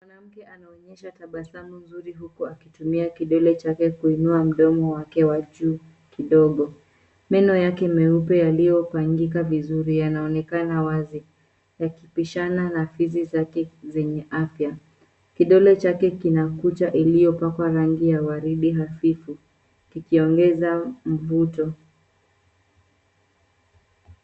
Mwanamke anaonyesha tabasamu nzuri huku akitumia kidole chake kuinua mdomo wake wa juu kidogo. Meno yake meupe yaliyopangika vizuri yanaonekana wazi yakipishana na fizi zake zenye afya. Kidole chake kina kucha iliyopakwa rangi ya waridi hafifu kikiongeza mvuto.